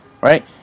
right